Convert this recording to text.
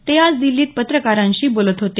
ते आज दिल्लीत पत्रकारांशी बोलत होते